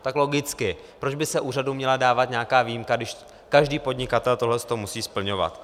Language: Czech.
Tak logicky: Proč by se úřadu měla dávat nějaká výjimka, když každý podnikatel tohleto musí splňovat?